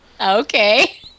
Okay